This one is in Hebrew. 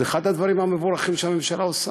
זה אחד הדברים המבורכים שהממשלה עושה.